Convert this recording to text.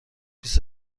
بیست